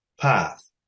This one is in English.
path